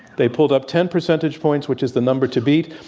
they pulled up ten percentage points, which is the number to beat.